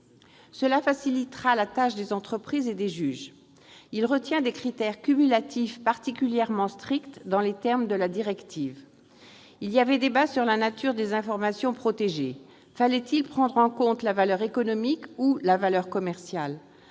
Cela facilitera la tâche des entreprises et des juges. Il retient des critères cumulatifs particulièrement stricts, dans les termes de la directive. Il y avait débat sur la nature des informations protégées : fallait-il prendre en compte la valeur économique ou la valeur commerciale ?